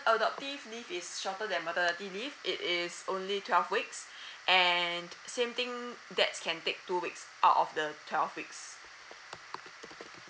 adoptive leave is shorter than maternity leave it is only twelve weeks and same thing dads can take two weeks out of the twelve weeks